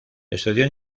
estudió